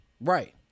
Right